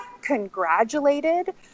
congratulated